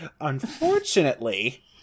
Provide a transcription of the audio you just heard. Unfortunately